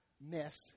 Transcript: Miss